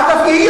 אגב,